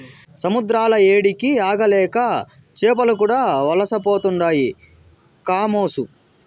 సముద్రాల ఏడికి ఆగలేక చేపలు కూడా వలసపోతుండాయి కామోసు